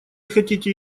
хотите